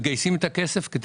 מגייסים את הכסף.